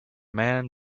man